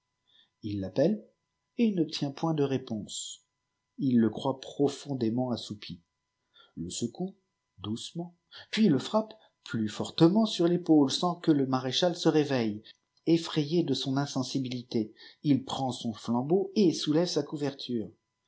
il l'ap elle et n'obtient point de réponse il le croit profondément assoupi c secoue doucement puis le ftapj e plus fortement sur répaule sans que le maréchal se réveille effrayé de son iinsibilité il prend son flambeau et soulève sa couverture